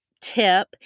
tip